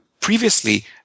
previously